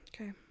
Okay